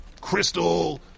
crystal